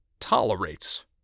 tolerates